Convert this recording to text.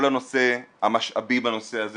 כל הנושא, המשאבים בנושא הזה